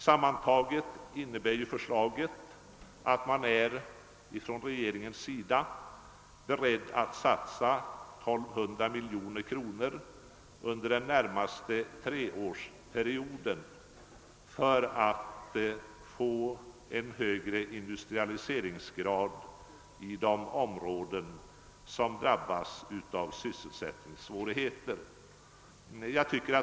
Sammantaget innebär ju förslaget, att regeringen är beredd att satsa 1200 miljoner kronor under den närmaste treårsperioden för att få högre industrialiseringsgrad'i de områden som drabbas av sysselsättningssvårigheter.